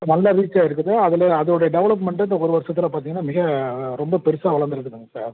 நல்ல ரீச் ஆகியிருக்குது அதில் அதோடய டெவெலப்மெண்ட் இந்த ஒரு வருஷத்தில் பார்த்தீங்கன்னா மிக ரொம்ப பெருசாக வளந்திருக்குதுங்க சார்